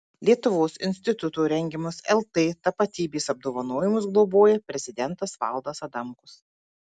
lietuvos instituto rengiamus lt tapatybės apdovanojimus globoja prezidentas valdas adamkus